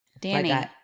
Danny